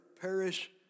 perish